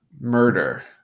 Murder